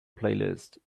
playlist